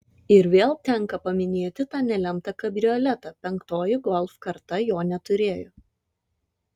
ir vėl tenka paminėti tą nelemtą kabrioletą penktoji golf karta jo neturėjo